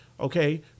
okay